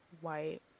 white